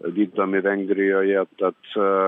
vykdomi vengrijoje tad